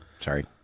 Sorry